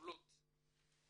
לפעולות